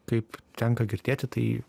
kaip tenka girdėti tai